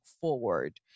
forward